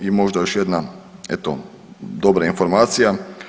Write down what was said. I možda još jedna eto dobra informacija.